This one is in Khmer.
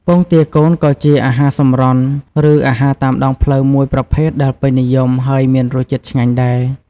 ពងទាកូន ក៏ជាអាហារសម្រន់ ឬអាហារតាមដងផ្លូវមួយប្រភេទដែលពេញនិយម ហើយមានរសជាតិឆ្ងាញ់ដែរ។